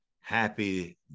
Happy